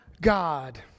God